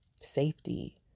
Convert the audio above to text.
safety